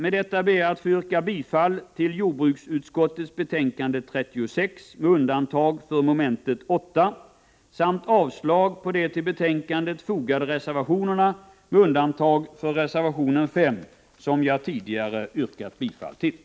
Med det anförda ber jag att få yrka bifall till hemställan i jordbruksutskottets betänkande 36 med undantag för moment 8 samt avslag på de till betänkandet fogade reservationerna, utom reservation 5 som jag tidigare yrkat bifall till.